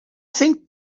think